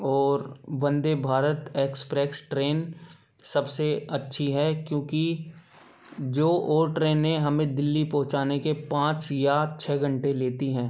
और Vande Bharat express train सबसे अच्छी है क्योंकि जो और ट्रेनें हमें दिल्ली पहुँचाने के पाँच या छ घंटे लेती हैं